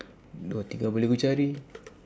dua tiga boleh ku cari